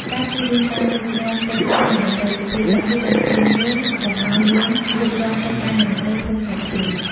ការជៀសវាងការលូកលាន់កិច្ចការអ្នកដទៃ សុភាសិតនេះដាស់តឿនយើងកុំឲ្យយើងលូកលាន់កិច្ចការអ្នកដទៃហួសហេតុពេក។